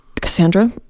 Cassandra